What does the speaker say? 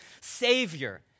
Savior